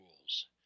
rules